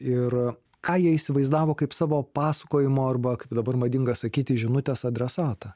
ir ką jie įsivaizdavo kaip savo pasakojimo arba kaip dabar madinga sakyti žinutės adresatą